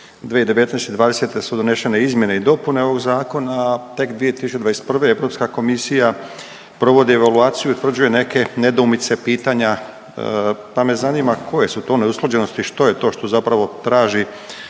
'20. su donešene izmjene i dopune ovog Zakona, a tek 2021. je EK provodi evaluaciju i utvrđuje neke nedoumice, pitanja, pa me zanima koje su to neusklađenosti, što je to što zapravo traži